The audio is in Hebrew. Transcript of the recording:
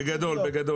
בגדול, בגדול.